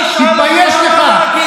תתבייש לך.